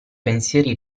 pensieri